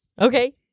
Okay